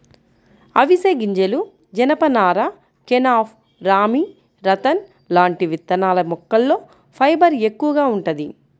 అవిశె గింజలు, జనపనార, కెనాఫ్, రామీ, రతన్ లాంటి విత్తనాల మొక్కల్లో ఫైబర్ ఎక్కువగా వుంటది